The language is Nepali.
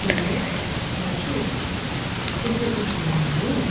हेलो दाजु क्याफे कर्सेङ्ग डाइरिस हो